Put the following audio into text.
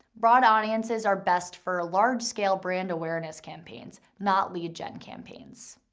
broad audiences are best for a large scale brand awareness campaigns not lead gen campaigns.